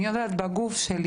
אני יודעת בתאים שלי,